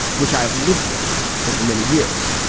which i have lived with over many years.